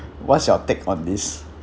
what's your take on this